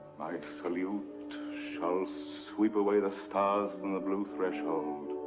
salute shall sweep away the stars from the blue threshold.